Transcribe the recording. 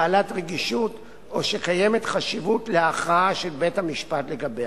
בעלת רגישות או שקיימת חשיבות להכרעה של בית-המשפט לגביה.